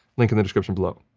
link in the description below.